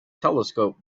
telescope